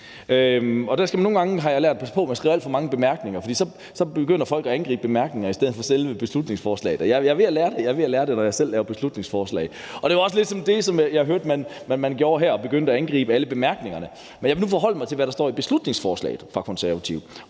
nogle gange, har jeg lært, passe på med at skrive alt for meget i bemærkningerne, for så begynder folk at angribe bemærkningerne i stedet for selve beslutningsforslaget – jeg er ved at lære det, når jeg selv laver beslutningsforslag – og det var også ligesom det, jeg hørte man gjorde her. Man begyndte at angribe alle bemærkningerne, men jeg vil nu forholde mig til, hvad der står i beslutningsforslaget fra De Konservative,